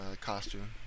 costume